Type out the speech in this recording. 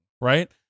right